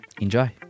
Enjoy